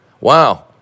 Wow